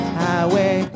highway